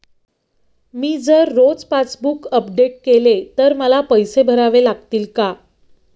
मी जर रोज passbook update केले तर मला पैसे भरावे लागतील का?